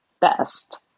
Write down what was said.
best